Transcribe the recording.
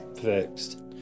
fixed